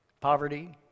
poverty